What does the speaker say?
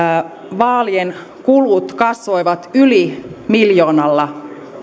vaalien kulut kasvoivat yli miljoonalla